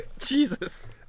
Jesus